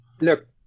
Look